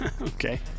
Okay